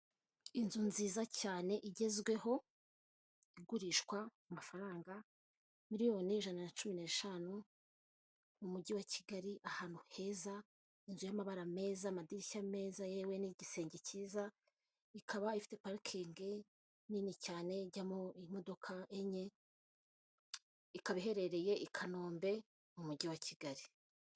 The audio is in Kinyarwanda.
Inzu nziza cyane igezweho, igurishwa amafaranga miliyoni ijana na cumi n'eshanu mu mujyi wa Kigali, ahantu heza, inzu y'amabara meza, amadirishya meza, yewe n'igisenge cyiza; ikaba ifite parikingi nini cyane ijyamo imodoka enye, ikaba iherereye i Kanombe mu mujyi wa Kigali.